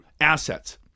assets